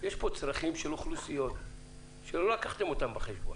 יש כאן צרכים של אוכלוסיות שלא לקחתם אותם בחשבון.